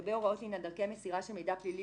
לגבי הוראות לעניין דרכי מסירה של מידע פלילי